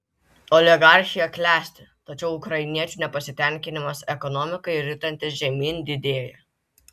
oligarchija klesti tačiau ukrainiečių nepasitenkinimas ekonomikai ritantis žemyn didėja